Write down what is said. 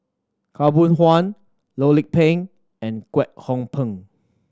Khaw Boon Wan Loh Lik Peng and Kwek Hong Png